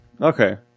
okay